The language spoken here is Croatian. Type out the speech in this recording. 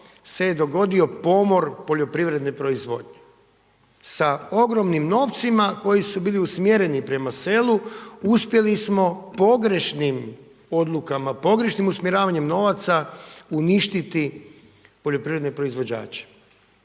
se dogodio pomor poljoprivredne proizvodnje, sa ogromnim novcima koji su bili usmjereni prema selu uspjeli smo pogrešnim odlukama, pogrešnim usmjeravanjem novaca uništiti poljoprivredne proizvođače.